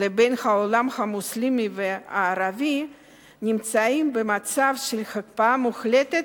לבין העולם המוסלמי והערבי נמצאים במצב של הקפאה מוחלטת,